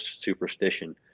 superstition